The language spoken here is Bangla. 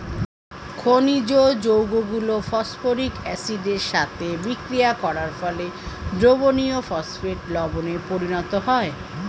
খনিজ যৌগগুলো ফসফরিক অ্যাসিডের সাথে বিক্রিয়া করার ফলে দ্রবণীয় ফসফেট লবণে পরিণত হয়